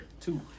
two